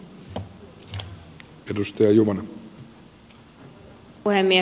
arvoisa puhemies